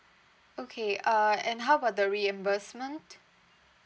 okay uh and how about the reimbursement